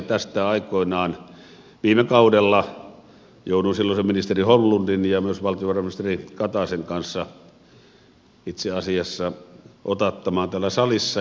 tästä aikoinaan viime kaudella jouduin silloisen ministeri holmlundin ja myös valtiovarainministeri kataisen kanssa itse asiassa otattamaan täällä salissa